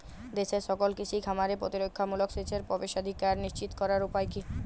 দেশের সকল কৃষি খামারে প্রতিরক্ষামূলক সেচের প্রবেশাধিকার নিশ্চিত করার উপায় কি?